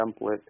template